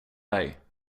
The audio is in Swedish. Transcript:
dig